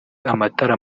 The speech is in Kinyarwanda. amatara